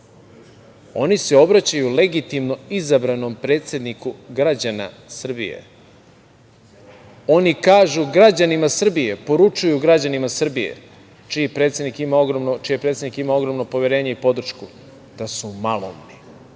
oni se obraćaju legitimno izabranom predsedniku građana Srbije. Oni kažu građanima Srbije, poručuju građanima Srbije, čiji predsednik ima ogromno poverenje i podršku da su maloumni